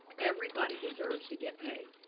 everybody deserves to get paid.